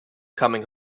coming